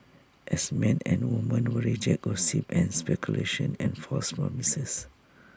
as men and women we reject gossip and speculation and false promises